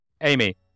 amy